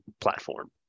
platform